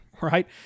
right